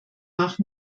nach